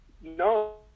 no